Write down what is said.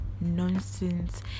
nonsense